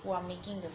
while making the food